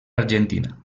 argentina